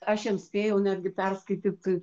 aš jam spėjau netgi perskaityt